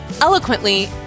eloquently